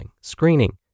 screening